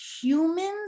humans